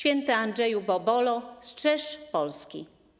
Św. Andrzeju Bobolo, strzeż Polski.